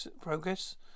progress